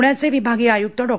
प्ण्याचे विभागीय आय्क्त डॉ